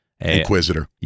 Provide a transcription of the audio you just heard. Inquisitor